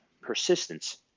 persistence